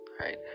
right